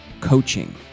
coaching